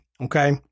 Okay